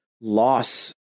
loss